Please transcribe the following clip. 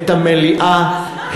את המליאה,